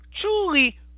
truly